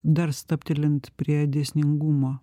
dar stabtelint prie dėsningumo